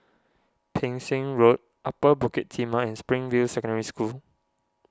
Pang Seng Road Upper Bukit Timah and Springfield Secondary School